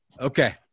Okay